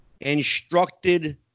instructed